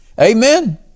Amen